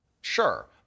Sure